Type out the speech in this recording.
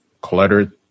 cluttered